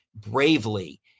bravely